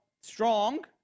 strong